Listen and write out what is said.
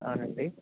అవునండి